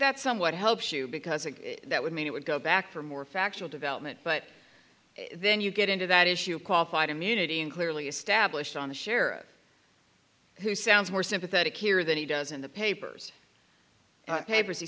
that somewhat helps you because again that would mean it would go back for more factual development but then you get into that issue of qualified immunity and clearly established on the sherif who sounds more sympathetic here than he does in the papers pavers he